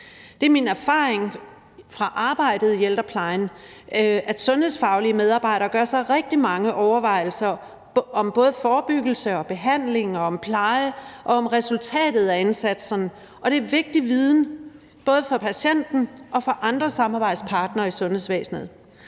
Det er min erfaring fra arbejdet i ældreplejen, at sundhedsfaglige medarbejdere gør sig rigtig mange overvejelser om både forebyggelse, behandling og pleje og om resultatet af indsatserne, og det er vigtig viden for både patienten og andre samarbejdspartnere i sundhedsvæsenet.